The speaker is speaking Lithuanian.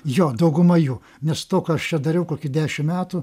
jo dauguma jų nes to kas aš čia dariau kokį dešim metų